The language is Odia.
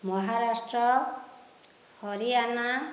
ମହାରାଷ୍ଟ୍ର ହରିୟାନା